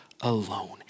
alone